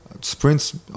Sprints